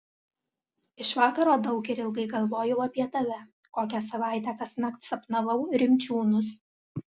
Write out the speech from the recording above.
iš vakaro daug ir ilgai galvojau apie tave kokią savaitę kasnakt sapnavau rimdžiūnus